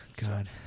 god